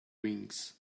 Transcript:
wings